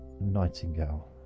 Nightingale